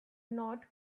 not